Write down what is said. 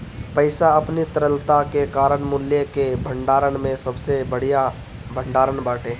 पईसा अपनी तरलता के कारण मूल्य कअ भंडारण में सबसे बढ़िया भण्डारण बाटे